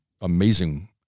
amazing